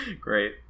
great